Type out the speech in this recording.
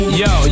yo